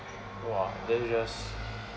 !wah! then just